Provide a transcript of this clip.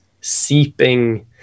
seeping